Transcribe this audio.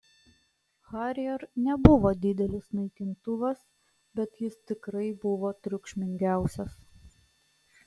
harrier nebuvo didelis naikintuvas bet jis tikrai buvo triukšmingiausias